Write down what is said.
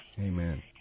Amen